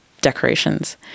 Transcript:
decorations